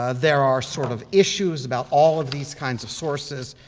ah there are sort of issues about all of these kinds of sources,